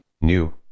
New